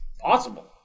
possible